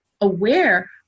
aware